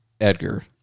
Edgar